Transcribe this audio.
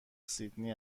سیدنی